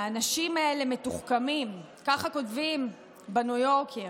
האנשים האלה מתוחכמים, ככה כותבים בניו יורקר,